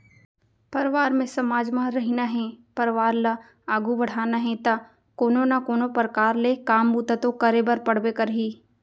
परवार म समाज म रहिना हे परवार ल आघू बड़हाना हे ता कोनो ना कोनो परकार ले काम बूता तो करे बर पड़बे करही